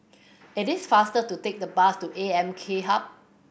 it is faster to take the bus to A M K Hub